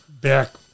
back